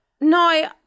No